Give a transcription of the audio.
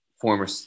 former